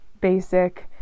basic